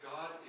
God